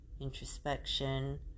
introspection